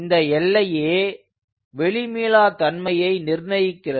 இந்த எல்லையே வெளி மீளா தன்மையை நிர்ணயிக்கிறது